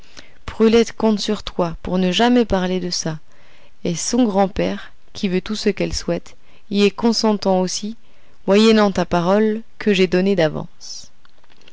brulette compte sur toi pour ne jamais parler de ça et son grand-père qui veut tout ce qu'elle souhaite y est consentant aussi moyennant ta parole que j'ai donnée d'avance